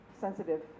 sensitive